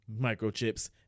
microchips